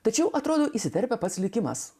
tačiau atrodo įsiterpė pats likimas